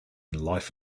life